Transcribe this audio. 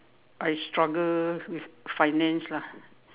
I struggle with finance lah